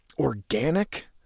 organic